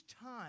time